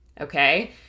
Okay